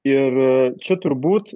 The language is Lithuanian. ir čia turbūt